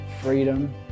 freedom